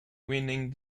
winning